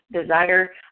desire